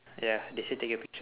ya they say take your picture